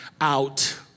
out